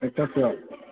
एकथा सोआव